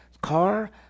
car